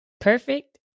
Perfect